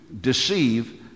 deceive